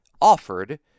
offered